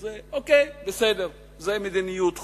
אוקיי, בסדר, זו מדיניות חוץ.